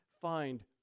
find